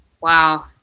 Wow